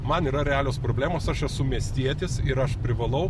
man yra realios problemos aš esu miestietis ir aš privalau